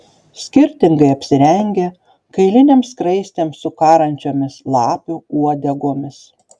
skirtingai apsirengę kailinėm skraistėm su karančiomis lapių uodegomis